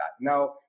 Now